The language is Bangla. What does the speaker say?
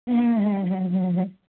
হ্যাঁ হ্যাঁ হ্যাঁ হ্যাঁ হ্যাঁ